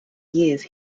years